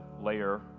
layer